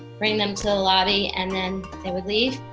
bring them to the lobby and then they would leave.